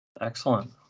Excellent